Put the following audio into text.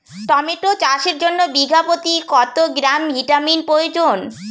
Tomato চাষের জন্য বিঘা প্রতি কত গ্রাম ভিটামিন প্রয়োজন?